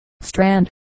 Strand